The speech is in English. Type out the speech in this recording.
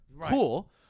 Cool